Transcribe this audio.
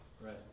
Right